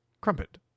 Crumpet